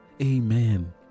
amen